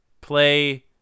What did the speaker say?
play